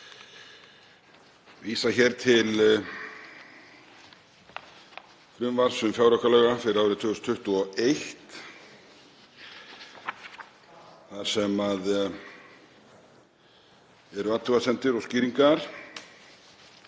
vísa hér til frumvarps til fjáraukalaga fyrir árið 2021 þar sem eru athugasemdir og skýringar.